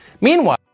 Meanwhile